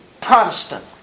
Protestant